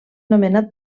nomenat